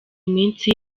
minsi